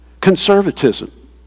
conservatism